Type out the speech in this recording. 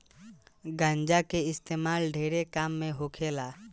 गांजा के इस्तेमाल ढेरे काम मे होखेला